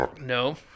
No